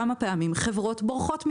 חברות בורחות מפה.